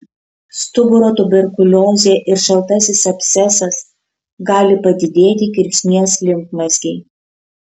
stuburo tuberkuliozė ir šaltasis abscesas gali padidėti kirkšnies limfmazgiai